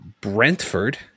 Brentford